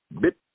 bit